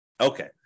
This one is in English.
okay